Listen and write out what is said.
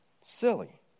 Silly